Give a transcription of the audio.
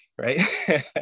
right